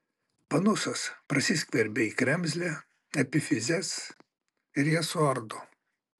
panusas prasiskverbia į kremzlę epifizes ir jas suardo